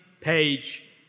page